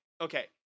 Okay